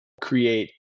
create